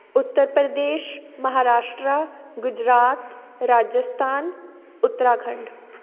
Uttar Pradesh Maharashtra Gujarat Rajasthan Uttarakhand